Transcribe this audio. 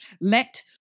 let